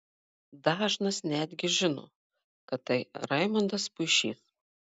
dažnas netgi žino kad tai raimondas puišys